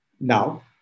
Now